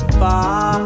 far